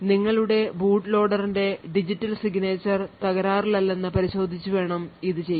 നിങ്ങളുടെ ബൂട്ട് ലോഡറിന്റെ digital signature തകരാറിലല്ലെന്ന് പരിശോധിച്ച് വേണം ഇത് ചെയ്യാൻ